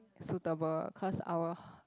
suitable cause our